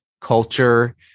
culture